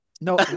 No